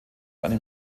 einem